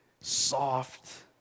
soft